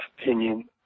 opinion